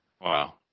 Wow